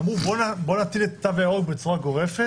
אמרו: בואו נטיל את התו הירוק בצורה גורפת,